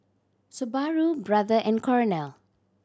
Subaru Brother and Cornell